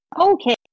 Okay